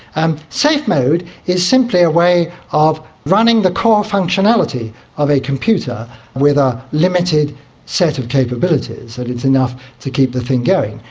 and safe mode is simply a way of running the core functionality of a computer with a limited set of capabilities, and it's enough to keep the thing going.